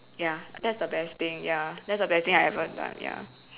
ya that's the best thing ya that's the best thing I ever done ya